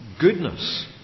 goodness